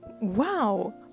wow